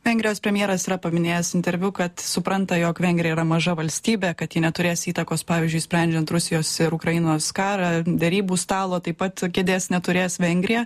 vengrijos premjeras yra paminėjęs interviu kad supranta jog vengrija yra maža valstybė kad ji neturės įtakos pavyzdžiui sprendžiant rusijos ir ukrainos karą derybų stalo taip pat kėdės neturės vengrija